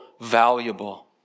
valuable